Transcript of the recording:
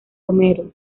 homero